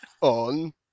On